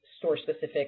store-specific